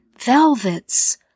velvets